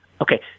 Okay